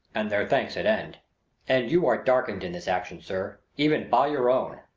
and their thanks at end and you are darken'd in this action, sir, even by your own.